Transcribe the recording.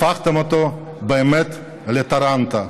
הפכתם אותה באמת לטרנטה.